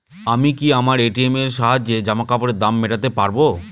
আমি কি আমার এ.টি.এম এর সাহায্যে জামাকাপরের দাম মেটাতে পারব?